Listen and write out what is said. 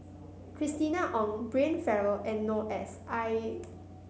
Christina Ong Brian Farrell and Noor S I